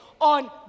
on